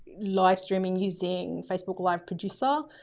live streaming using facebook live producer,